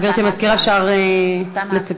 גברתי המזכירה, אפשר לסכם.